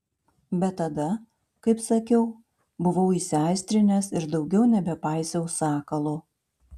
bet tada kaip sakiau buvau įsiaistrinęs ir daugiau nebepaisiau sakalo